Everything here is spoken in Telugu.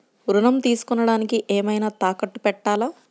ఋణం తీసుకొనుటానికి ఏమైనా తాకట్టు పెట్టాలా?